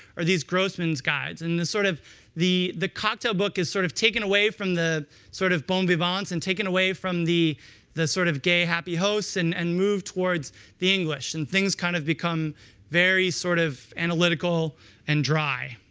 or these grossman's guides. and the sort of the the cocktail book has sort of taken away from the sort of bon vivance and taken away from the the sort of gay happy hosts, and and move towards the english. and things kind of become very sort of analytical and dry.